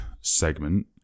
segment